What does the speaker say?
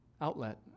outlet